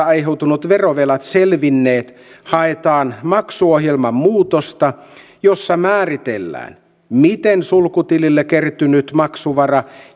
aiheutuneet verovelat selvinneet haetaan maksuohjelman muutosta jossa määritellään miten sulkutilille kertynyt maksuvara